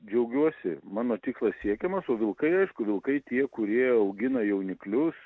džiaugiuosi mano tikslas siekiamas o vilkai aišku vilkai tie kurie augina jauniklius